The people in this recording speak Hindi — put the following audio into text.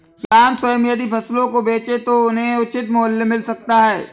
किसान स्वयं यदि फसलों को बेचे तो उन्हें उचित मूल्य मिल सकता है